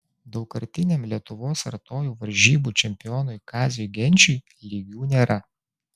daugkartiniam lietuvos artojų varžybų čempionui kaziui genčiui lygių nėra